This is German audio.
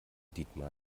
dietmar